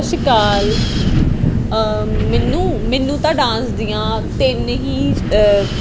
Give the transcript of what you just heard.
ਸਤਿ ਸ਼੍ਰੀ ਅਕਾਲ ਮੈਨੂੰ ਮੈਨੂੰ ਤਾਂ ਡਾਂਸ ਦੀਆਂ ਤਿੰਨ ਹੀ